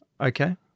okay